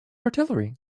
artillery